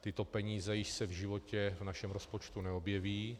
Tyto peníze již se v životě v našem rozpočtu neobjeví.